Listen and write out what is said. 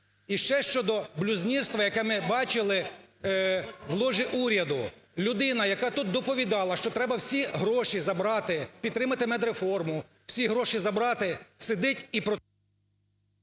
І ще щодо блюзнірства, яке ми бачили в ложі уряду. Людина, яка тут доповідала, що треба всі гроші забрати, підтримати медреформу, всі гроші забрати, сидить і…